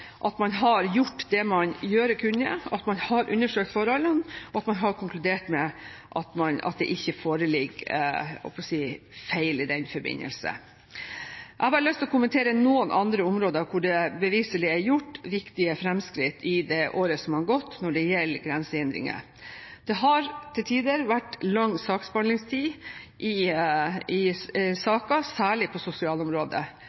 man har gjort det som gjøres kunne, og at man har undersøkt forholdene, og hvor man har konkludert med at det ikke foreligger feil i den forbindelse. Jeg har bare lyst til å kommentere noen andre områder hvor det beviselig er gjort viktige fremskritt i det året som har gått, når det gjelder grensehindringer. Det har til tider vært lang behandlingstid i